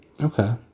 Okay